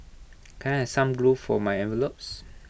can I some glue for my envelopes